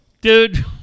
Dude